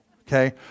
okay